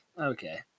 Okay